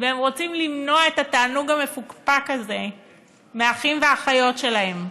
והם רוצים למנוע את התענוג המפוקפק הזה מהאחים והאחיות שלהם.